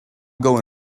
going